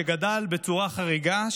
שגדל בצורה חריגה,